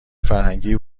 فرهنگی